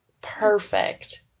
perfect